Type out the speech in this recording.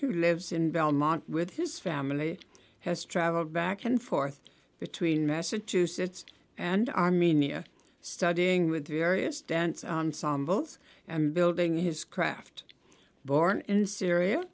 who lives in belmont with his family has traveled back and forth between massachusetts and armenia studying with various dance both building his craft born in syria